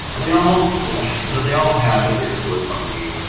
they all you know they all have an influence on me.